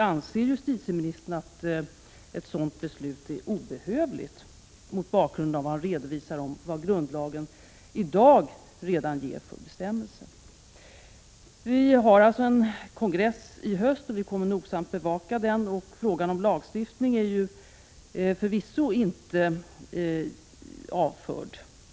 Anser justitieministern, mot bakgrund av justitieministerns redovisning av de bestämmelser som gäller enligt grundlagen, att ett sådant beslut är obehövligt? Det kommer alltså att hållas en kongress i höst, och vi kommer att nogsamt bevaka den. Frågan om lagstiftning är förvisso inte avförd.